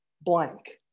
blank